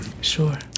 Sure